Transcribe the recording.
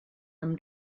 amb